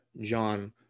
John